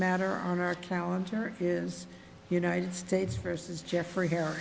matter on our calendar is united states versus jeffrey h